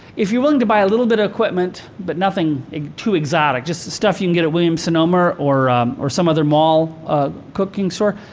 if you're willing to buy a little bit of equipment, but nothing too exotic, just stuff you can get at williams sonoma, or or some other mall ah cooking store,